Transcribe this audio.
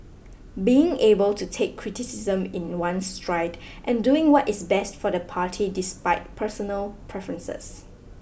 being able to take criticism in one's stride and doing what is best for the party despite personal preferences